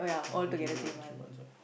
so three person three months ah